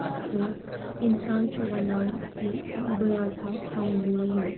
تہٕ اِنسان چھُ وَنان کہِ بہٕ روزٕہا کھٮ۪وٲنی یوت